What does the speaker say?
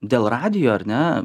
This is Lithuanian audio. dėl radijo ar ne